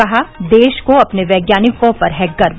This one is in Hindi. कहा देश को अपने वैज्ञानिकों पर है गर्व